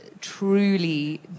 truly